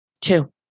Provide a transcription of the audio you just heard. Two